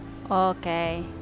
Okay